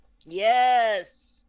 Yes